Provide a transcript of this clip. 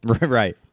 Right